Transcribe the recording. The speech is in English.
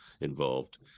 involved